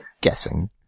Guessing